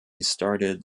started